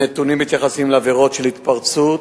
הנתונים מתייחסים לעבירות של התפרצות,